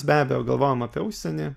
be abejo galvojam apie užsienį